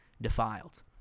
defiled